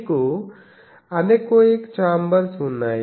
మీకు anechoic chambers ఉన్నాయి